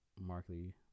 Markley